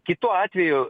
kitu atveju